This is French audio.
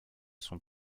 sont